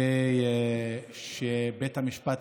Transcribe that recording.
שבית המשפט,